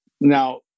now